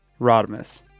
Rodimus